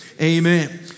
amen